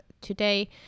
today